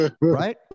right